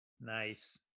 Nice